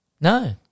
No